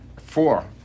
four